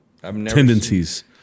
tendencies